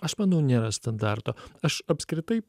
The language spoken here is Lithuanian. aš manau nėra standarto aš apskritai